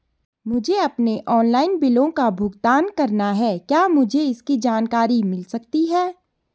मुझे अपने ऑनलाइन बिलों का भुगतान करना है क्या मुझे इसकी जानकारी मिल सकती है?